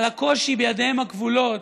על הקושי בידיהם הכבולות,